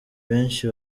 benshi